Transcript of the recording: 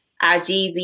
IGZ